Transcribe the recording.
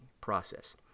process